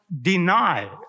deny